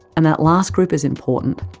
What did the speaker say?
and that last group is important.